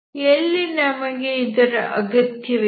ಎಲ್ಲಿ ನಮಗೆ ಇದರ ಅಗತ್ಯವಿದೆ